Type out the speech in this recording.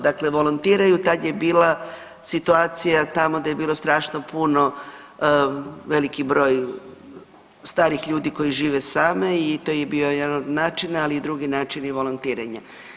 Dakle, volontiraju tad je bila situacija tamo da je bilo strašno puno veliki broj starih ljudi koji žive sami i to je bio jedan od načina, ali i drugi načini volontiranja.